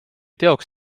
teoks